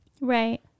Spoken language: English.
Right